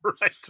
right